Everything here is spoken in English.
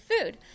food